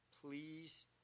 please